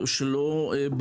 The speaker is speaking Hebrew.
שהוא לא ברור,